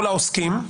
העוסקים,